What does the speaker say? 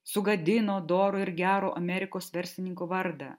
sugadino doro ir gero amerikos verslininko vardą